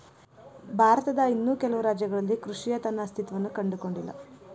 ಭಾರತದ ಇನ್ನೂ ಕೆಲವು ರಾಜ್ಯಗಳಲ್ಲಿ ಕೃಷಿಯ ತನ್ನ ಅಸ್ತಿತ್ವವನ್ನು ಕಂಡುಕೊಂಡಿಲ್ಲ